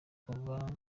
kuva